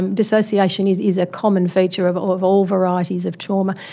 and dissociation is is a common feature of ah of all varieties of trauma,